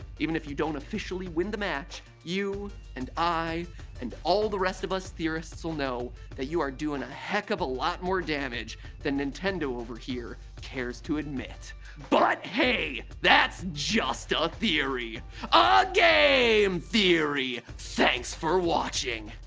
even if you don't officially win the match you and i and all the rest of us theorists will know that you are doing a heck of a lot more damage than nintendo over here cares to admit but hey, that's just ah a theory, ah a game um theory! thanks for watching!